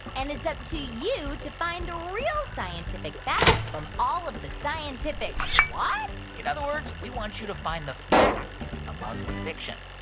and it's up to you to find the real scientific fact from all of the scientific whats in other words, we want you to find the fact among the fiction.